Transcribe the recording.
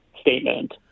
statement